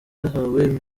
yahawe